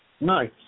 Nice